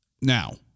Now